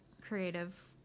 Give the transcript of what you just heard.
creative